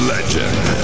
Legend